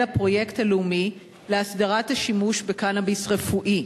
הפרויקט הלאומי להסדרת השימוש בקנאביס רפואי.